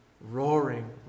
roaring